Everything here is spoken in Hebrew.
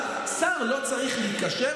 אבל בשיחה הזו, השר, שאתה החמאת לו,